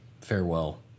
farewell